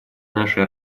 нашей